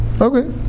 Okay